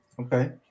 Okay